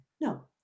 no